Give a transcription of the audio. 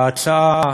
ההצעה,